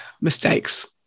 mistakes